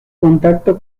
contacto